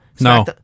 No